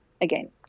again